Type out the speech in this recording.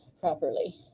properly